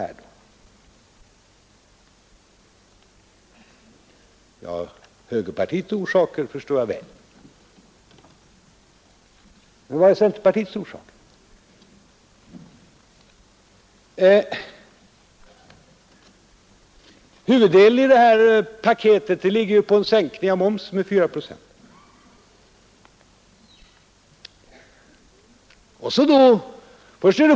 Moderata samlingspartiets motivering förstår jag väl, men vilken är centerpartiets motivering? Det väsentliga i de borgerligas paket är en sänkning av momsen med 4 procent.